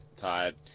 tired